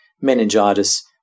meningitis